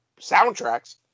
soundtracks